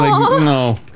no